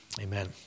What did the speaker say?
Amen